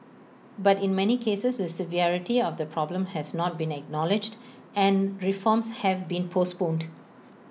but in many cases the severity of the problem has not been acknowledged and reforms have been postponed